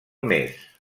mes